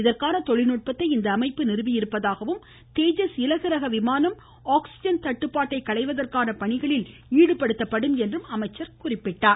இதற்கான தொழில்நுட்பத்தை இந்த அமைப்பு நிறுவி இருப்பதாகவும் தேஜஸ் இலகுரக விமானம் ஆக்ஸிஜன் தட்டுப்பாட்டை களைவதற்கான பணிகளில் ஈடுபடுத்தப்படும் என்றும் கூறினார்